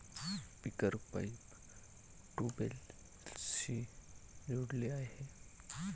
sprinkler pipe ट्यूबवेल्सशी जोडलेले आहे